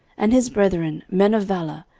and his brethren, men of valour,